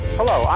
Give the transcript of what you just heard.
Hello